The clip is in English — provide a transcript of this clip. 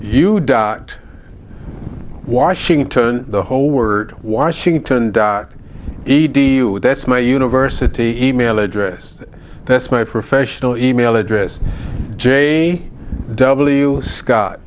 you dot washington the whole word washington dot edu that's my university email address that's my professional email address j w scott